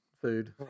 food